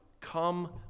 come